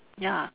ya